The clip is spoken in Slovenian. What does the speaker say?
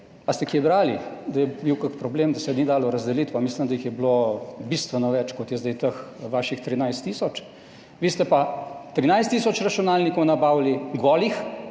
Ali ste kje brali, da je bil kak problem, da se ni dalo razdeliti? Pa mislim, da jih je bilo bistveno več, kot je zdaj teh vaših 13 tisoč. Vi ste pa 13 tisoč računalnikov nabavili, golih,